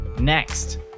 Next